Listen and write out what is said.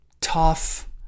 Tough